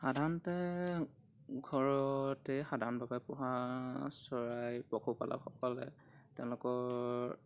সাধাৰণতে ঘৰতে সাধাৰণভাৱে পোহা চৰাই পশুপালকসকলে তেওঁলোকৰ